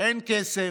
אין כסף.